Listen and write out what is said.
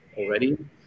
already